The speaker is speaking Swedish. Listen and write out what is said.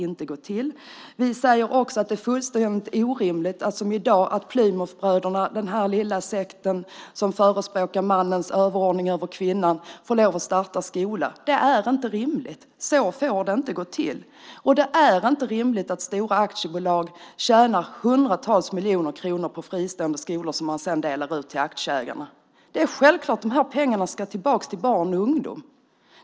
Vi anser att det är fullständigt orimligt att, som fallet är i dag, den lilla sekten Plymouthbröderna, som förespråkar mannens överordning över kvinnan, får lov att starta skola. Det är inte rimligt. Så får det inte gå till. Det är heller inte rimligt att stora aktiebolag tjänar hundratals miljoner kronor på fristående skolor, pengar som sedan delas ut till aktieägarna. Dessa pengar ska självklart gå tillbaka till barnen och ungdomarna.